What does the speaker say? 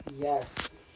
Yes